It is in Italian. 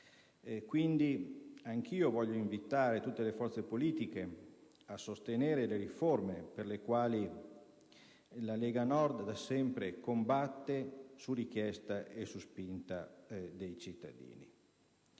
quindi, voglio invitare tutte le forze politiche a sostenere le riforme per le quali la Lega Nord da sempre combatte, su richiesta e su spinta dei cittadini.